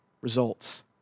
results